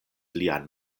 lian